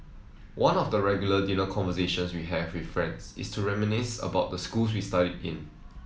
one of the regular dinner conversations we have with friends is to reminisce about the school we studied in